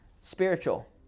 spiritual